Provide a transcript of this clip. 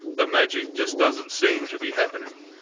the magic just doesn't seem to be happening.